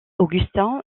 augustin